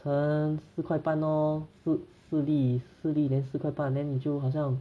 乘四块半咯四四粒四粒 then 四块半 then 你就好像